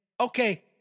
okay